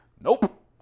Nope